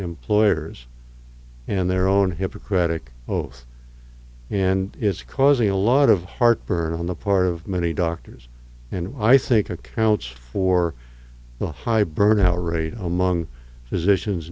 employers and their own hippocratic oath and it's causing a lot of heartburn on the part of many doctors and i think accounts for the high burnout rate among